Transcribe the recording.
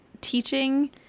teaching